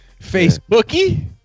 Facebooky